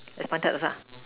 is pointed also ah